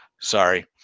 sorry